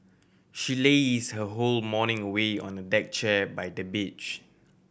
she laze her whole morning away on a deck chair by the beach